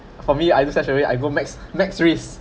for me I just stash away I go max max risks